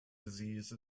disease